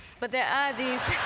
but there are these